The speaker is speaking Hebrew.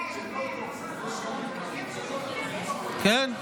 של חולים אחרים, כן.